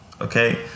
Okay